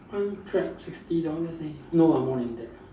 one pax sixty dollar eh no ah more than that ah